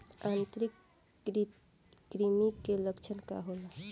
आंतरिक कृमि के लक्षण का होला?